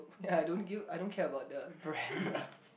ya I don't give I don't care about the brand